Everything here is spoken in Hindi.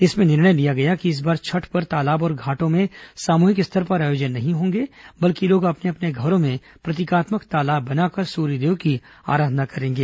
इसमें निर्णय लिया गया कि इस बार छठ पर तालाब और घाटों में सामूहिक स्तर पर आयोजन नहीं होंगे बल्कि लोग अपने अपने घरों में प्रतीकात्मक तालाब बनाकर सूर्य देव की आराधना करेंगे